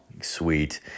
Sweet